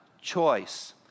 choice